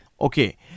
Okay